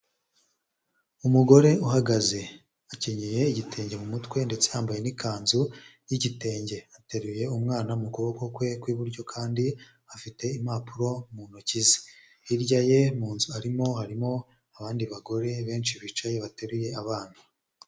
Umugore uhagaze akenyeye igitebo mu mutwe ndetse yambaye n'ikanzu y'igitenge, ateruye umwana mu kuboko kwe kw'iburyo kandi afite impapuro mu ntoki ze, hirya ye mu nzu harimo abandi bagore benshi bicaye bateruye abana.